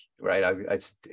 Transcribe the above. right